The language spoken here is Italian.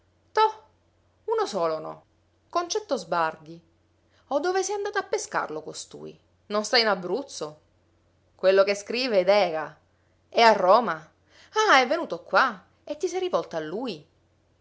toh uno solo no concetto sbardi o dove sei andato a pescarlo costui non sta in abruzzo quello che scrive idega è a roma ah è venuto qua e ti sei rivolto a lui